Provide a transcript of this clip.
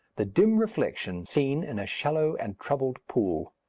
the dim reflection seen in a shallow and troubled pool.